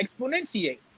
exponentiate